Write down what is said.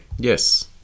Yes